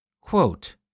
Quote